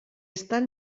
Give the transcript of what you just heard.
estan